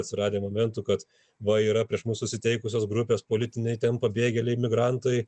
atsiradę momentų kad va yra prieš mus nusiteikusios grupės politiniai ten pabėgėliai migrantai